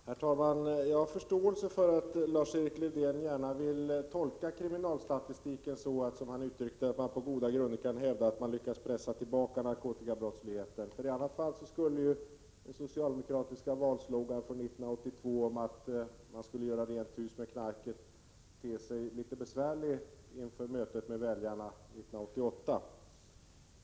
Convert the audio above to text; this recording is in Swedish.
Herr talman! Jag har förståelse för att Lars-Erik Lövdén vill tolka kriminalstatistiken som han uttryckte det: att man på goda grunder kan hävda att man lyckats pressa tillbaka narkotikabrottsligheten. I annat fall kommer socialdemokraternas valslogan från 1982 att göra rent hus med knarket att te sig litet besvärlig inför mötet med väljarna 1988.